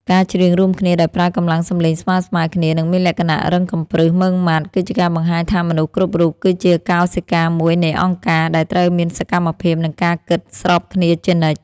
ការច្រៀងរួមគ្នាដោយប្រើកម្លាំងសម្លេងស្មើៗគ្នា និងមានលក្ខណៈរឹងកំព្រឹស ម៉ឺងម៉ាត់ គឺជាការបង្ហាញថាមនុស្សគ្រប់រូបគឺជាកោសិកាមួយនៃអង្គការ ដែលត្រូវមានសកម្មភាព និងការគិតស្របគ្នាជានិច្ច។